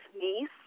niece